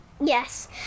Yes